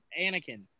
Anakin